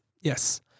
Yes